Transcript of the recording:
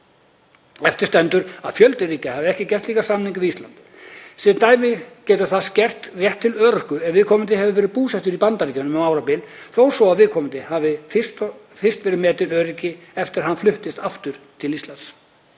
Eftir stendur að fjöldi ríkja hefur ekki gert slíka samninga við Ísland. Sem dæmi getur það skert rétt til örorku ef viðkomandi hefur verið búsettur í Bandaríkjunum um árabil, þó svo að viðkomandi hafi fyrst verið metinn öryrki eftir að hafa flust aftur til Íslands.